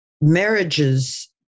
marriages